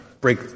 Break